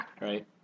right